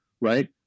Right